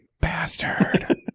Bastard